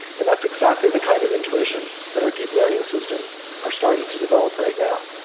and that's exactly the kind of intuition that our deep-learning systems are starting to develop right now.